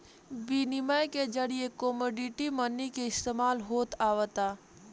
बिनिमय के जरिए कमोडिटी मनी के इस्तमाल होत आवता